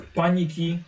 paniki